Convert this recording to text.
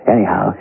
Anyhow